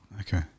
Okay